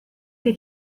che